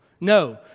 No